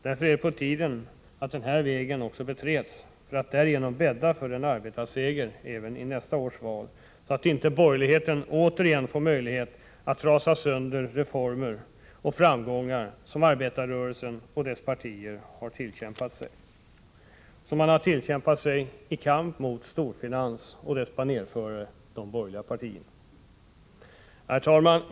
Därför är det på tiden att denna väg också beträds för att därigenom bädda för en arbetarseger även i nästa års val, så att inte borgerligheten återigen får möjlighet att trasa sönder de reformer och framgångar som arbetarrörelsen och dess partier har tillkämpat sig, i kamp mot storfinansen och dess banerförare, de borgerliga partierna. Herr talman!